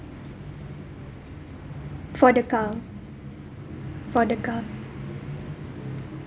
for the car for the car